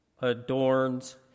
adorns